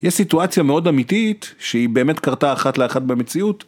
יש סיטואציה מאוד אמיתית שהיא באמת קרתה אחת לאחת במציאות